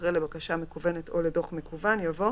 אחרי "לבקשה מקוונת או לדוח מקוון" יבוא